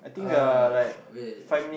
uh wait